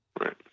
Right